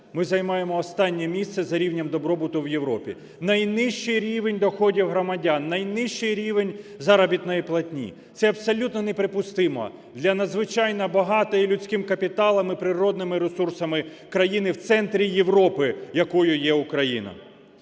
ми займаємо останнє місце за рівнем добробуту в Європі. Найнижчий рівень доходів громадян, найнижчий заробітної платні. Це абсолютно неприпустимо для надзвичайно багатої людським капіталом і природними ресурсами країни в центрі в центрі Європи, якою є Україна.